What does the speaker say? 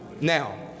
Now